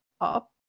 up